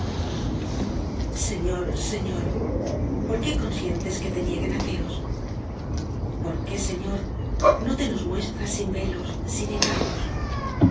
señor señor por qué consientes que te nieguen ateos por qué señor no te nos muestras sin velos sin engaños